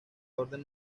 orden